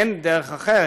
אין דרך אחרת,